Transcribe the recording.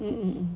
mm mmhmm